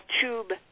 tube